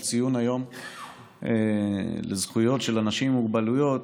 של ציון יום זכויות לאנשים עם מוגבלויות,